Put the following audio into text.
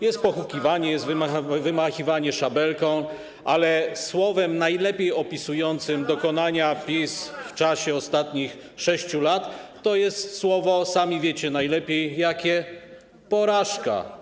Jest pohukiwanie, jest wymachiwanie szabelką, ale słowem najlepiej opisującym dokonania PiS w czasie ostatnich 6 lat jest słowo, sami wiecie najlepiej jakie: porażka.